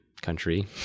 country